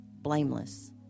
blameless